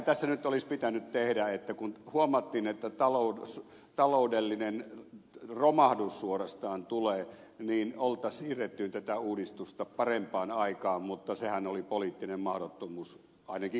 tässä nyt olisi pitänyt tehdä se kun huomattiin että taloudellinen romahdus suorastaan tulee että olisi siirretty tätä uudistusta parempaan aikaan mutta sehän oli poliittinen mahdottomuus ainakin kansalliselle kokoomukselle